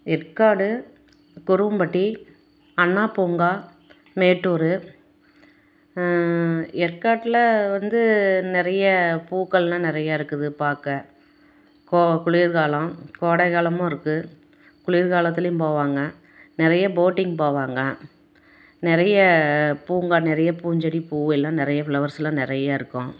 ஏற்காடு குருவம்பட்டி அண்ணாபூங்கா மேட்டூரு ஏற்காட்ல வந்து நிறைய பூக்கள்லாம் நிறையா இருக்குது பாக்க கோவா குளிர்காலம் கோடைகாலமும் இருக்குது குளிர்காலத்துலேயும் போவாங்க நிறைய போட்டிங் போவாங்க நிறைய பூங்கா நிறைய பூஞ்செடி பூவெல்லாம் நிறைய ஃப்ளவர்ஸ்லாம் நிறைய இருக்கும்